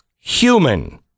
human